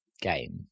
game